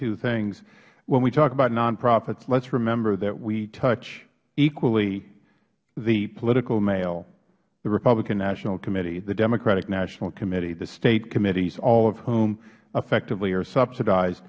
two things when we talk about nonprofits lets remember that we touch equally the political mail the republican national committee the democratic national committee the state committees all of whom effectively are subsidize